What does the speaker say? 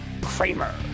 Kramer